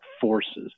Forces